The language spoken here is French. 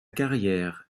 carrière